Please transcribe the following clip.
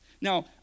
Now